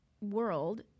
world